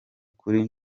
kuri